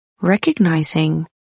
recognizing